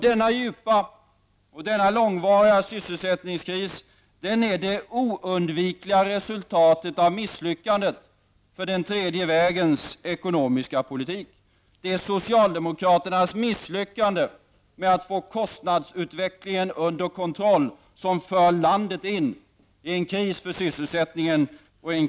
Denna djupa och långvariga sysselsättningskris är det oundvikliga resultatet av misslyckandet för den tredje vägens ekonomiska politik. Det är socialdemokraternas misslyckande med att få kostnadsutvecklingen under kontroll som för landet in i en kris för sysselsättningen.